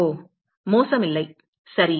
ஓ மோசம் இல்லை சரி